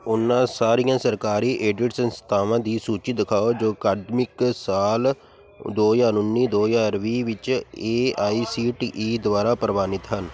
ਉਹਨਾਂ ਸਾਰੀਆਂ ਸਰਕਾਰੀ ਏਡਡ ਸੰਸਥਾਵਾਂ ਦੀ ਸੂਚੀ ਦਿਖਾਓ ਜੋ ਅਕਾਦਮਿਕ ਸਾਲ ਦੋ ਹਜ਼ਾਰ ਉੱਨੀ ਦੋ ਹਜ਼ਾਰ ਵੀਹ ਵਿੱਚ A I C T E ਦੁਆਰਾ ਪ੍ਰਵਾਨਿਤ ਹਨ